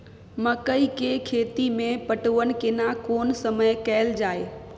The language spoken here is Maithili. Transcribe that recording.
मकई के खेती मे पटवन केना कोन समय कैल जाय?